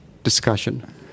discussion